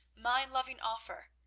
my loving offer,